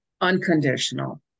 unconditional